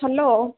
hello